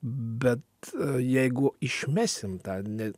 bet jeigu išmesim tą ne